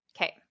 Okay